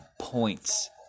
points